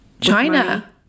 China